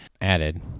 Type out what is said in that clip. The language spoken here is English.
added